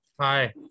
Hi